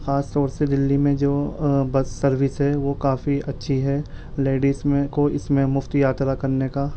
خاص طور سے دلی میں جو بس سروس ہے وہ کافی اچھی ہے لیڈیز میں کو اس میں مفت یاترا کرنے کا